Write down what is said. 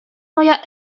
moja